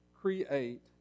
create